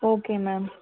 okay ma'am